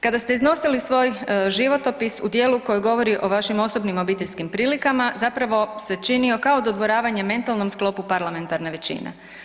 Kada ste iznosili svoj životopis u dijelu koji govori o vašim osobnim obiteljskim prilikama zapravo se činio kao dodvoravanje mentalnom sklopu parlamentarne većine.